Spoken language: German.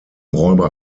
räuber